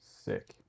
Sick